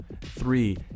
three